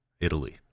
Italy